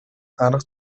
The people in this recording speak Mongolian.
арга